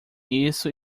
isso